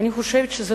אני חושבת שזו